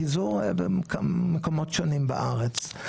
פיזור במקומות שונים בארץ.